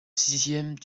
sixième